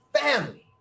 family